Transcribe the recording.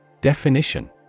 Definition